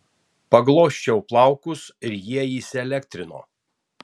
paglosčiau plaukus ir jie įsielektrino